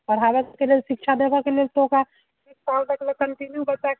पढ़ाबऽके लेल शिक्षा देबऽके लेल तऽ ओकरा कन्टिन्यू बच्चा के